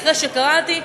אחרי שקראתי,